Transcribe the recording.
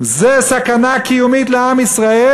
זה סכנה קיומית לעם ישראל.